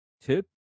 tip